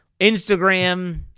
Instagram